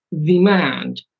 demand